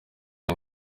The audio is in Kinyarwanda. iyo